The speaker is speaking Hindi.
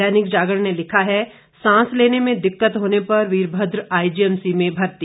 दैनिक जागरण ने लिखा है सांस लेने में दिक्कत होने पर वीरभद्र आईजीएमसी में भर्ती